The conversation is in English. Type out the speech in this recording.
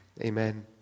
Amen